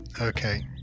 Okay